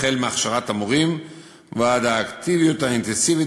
החל בהכשרת המורים ועד האקטיביות האינטנסיבית